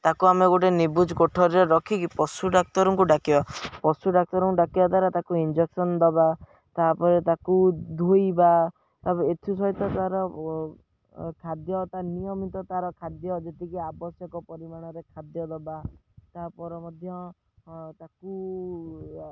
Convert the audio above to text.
ତାକୁ ଆମେ ଗୋଟେ ନିବୁଜ କୋଠରରେ ରଖିକି ପଶୁ ଡାକ୍ତରଙ୍କୁ ଡାକିବା ପଶୁ ଡାକ୍ତରଙ୍କୁ ଡାକିବା ଦ୍ୱାରା ତାକୁ ଇଞ୍ଜେକ୍ସନ ଦେବା ତା'ପରେ ତାକୁ ଧୋଇବା ତା'ପରେ ଏଥିସହିତ ତା'ର ଖାଦ୍ୟ ତା' ନିୟମିତ ତା'ର ଖାଦ୍ୟ ଯେତିକି ଆବଶ୍ୟକ ପରିମାଣରେ ଖାଦ୍ୟ ଦେବା ତା'ପରେ ମଧ୍ୟ ତାକୁ